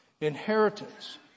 inheritance